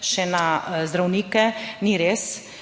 še na zdravnike. Ni res,